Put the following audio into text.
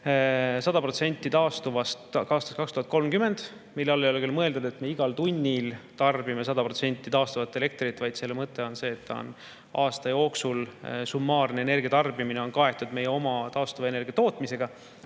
100% taastuvat [energiat] aastast 2030, mille all ei ole mõeldud, et me igal tunnil tarbime 100% taastuvat elektrit, vaid selle mõte on see, et aasta jooksul on summaarne energiatarbimine kaetud meie oma taastuvenergia tootmisega.